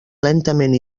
lentament